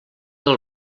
del